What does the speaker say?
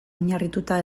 oinarrituta